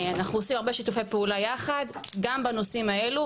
אנחנו עושים הרבה שיתופי פעולה יחד גם בנושאים האלה,